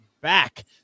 back